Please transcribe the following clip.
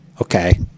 okay